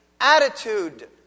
attitude